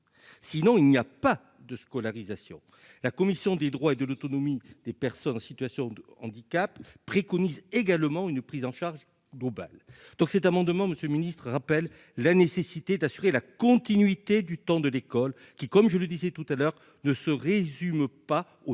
sinon il n'y a pas de scolarisation, la commission des droits de l'autonomie des personnes en situation de handicap préconise également une prise en charge globale donc cet amendement monsieur ministre rappelle la nécessité d'assurer la continuité du temps de l'école qui, comme je le disais tout à l'heure ne se résume pas au temps